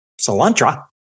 cilantro